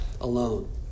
alone